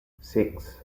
six